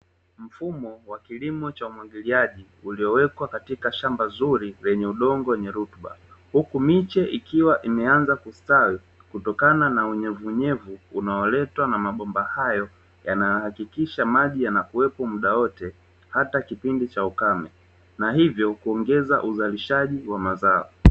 Mfumo wa kilimo cha umwagiliaji uliowekwa katika shamba zuri lenye udongo wenye rutuba, huku miche ikiwa imeanza kustawi kutokana na unyevunyevu unaoletwa na mabomba hayo yanayohakikisha maji yanakuwepo mda wote, hata kipindi cha ukame na hivyo kuongeza uzalishaji wa mazao.